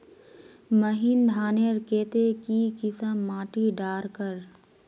महीन धानेर केते की किसम माटी डार कर?